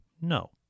No